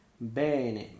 bene